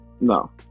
No